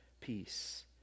peace